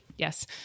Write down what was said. Yes